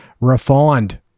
refined